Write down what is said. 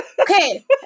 Okay